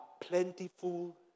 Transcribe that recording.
plentiful